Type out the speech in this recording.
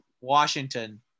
Washington